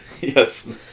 Yes